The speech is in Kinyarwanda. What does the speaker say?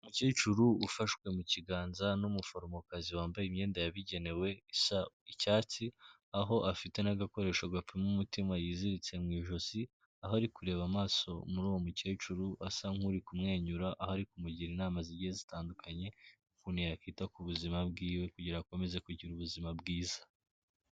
Umukecuru ufashwe mu kiganza n'umuforomokazi wambaye imyenda yabigenewe isa icyatsi, aho afite n'agakoresho gapima umutima yiziritse mu ijosi, aho ari kureba mu maso muri uwo mukecuru asa nk'uri kumwenyura, aho ari kumugira inama zigiye zitandukanye, ukuntu yakwita ku buzima bwiwe kugira akomeze kugira ubuzima bwiza.